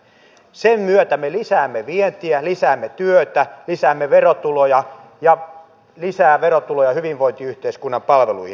sen myötä me lisäämme vientiä lisäämme työtä lisäämme verotuloja ja saamme lisää verotuloja hyvinvointiyhteiskunnan palveluihin